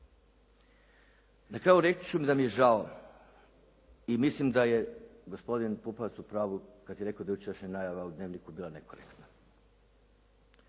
Na kraju reći ću da mi je žao i mislim da je gospodin Pupovac u pravu kad je rekao da je jučerašnja najava u Dnevniku bila nekorektna.